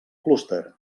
clúster